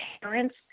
parents